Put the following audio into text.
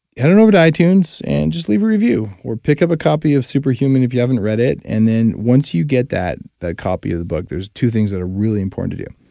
head on over to itunes and just leave a review or pick up a copy of super human if you haven't read it. and then once you get that that copy of the book, there's two things that are really important to do.